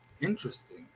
Interesting